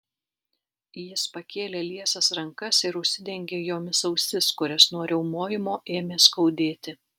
jis pakėlė liesas rankas ir užsidengė jomis ausis kurias nuo riaumojimo ėmė skaudėti